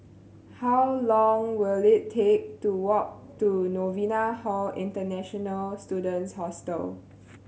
how long will it take to walk to Novena Hall International Students Hostel